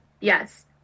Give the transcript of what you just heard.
Yes